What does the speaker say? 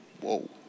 Whoa